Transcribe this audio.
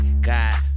god